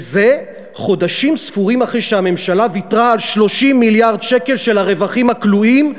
וזה חודשים אחרי שהממשלה ויתרה על 30 מיליארד שקל של הרווחים הכלואים,